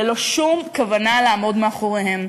ללא שום כוונה לעמוד מאחוריהם.